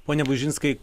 pone bužinskai